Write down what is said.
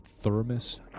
thermos